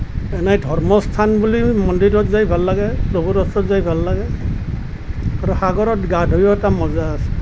এনেই ধৰ্মৰ স্থান বুলি মন্দিৰত যাই ভাল লাগে প্ৰভুৰ ওচৰত যাই ভাল লাগে আৰু সাগৰত গা ধুয়ো এটা মজা আছে